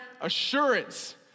assurance